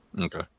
Okay